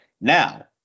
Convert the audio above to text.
Now